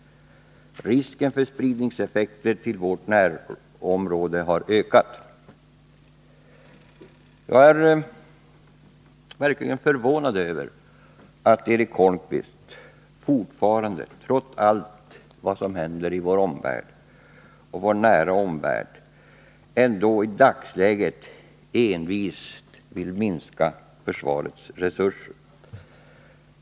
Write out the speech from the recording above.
Risken för spridningseffekter till vårt närområde har ökat. Jag är verkligen förvånad över att Eric Holmqvist fortfarande, trots allt som händer i vår nära omvärld, envist vill minska försvarets resurser.